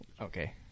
Okay